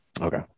Okay